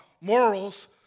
Morals